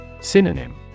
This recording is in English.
Synonym